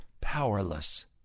powerless